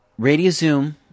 Radiozoom